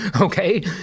okay